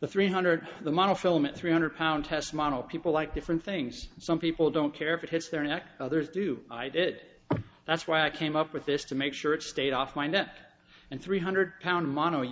the three hundred the monofilament three hundred pound test model people like different things some people don't care if it hits their neck others do i did it that's why i came up with this to make sure it stayed off wind up and three hundred pound moto you